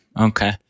Okay